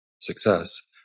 success